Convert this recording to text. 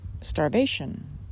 starvation